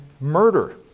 murder